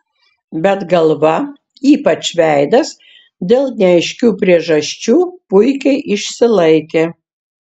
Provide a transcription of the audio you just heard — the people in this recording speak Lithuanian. bet galva ypač veidas dėl neaiškių priežasčių puikiai išsilaikė